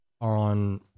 on